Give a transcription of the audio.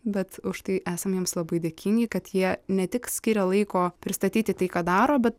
bet užtai esam jiems labai dėkingi kad jie ne tik skiria laiko pristatyti tai ką daro bet